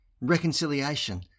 reconciliation